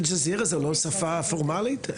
אל-ג'זירה זה לא שפה פורמלית?